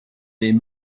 les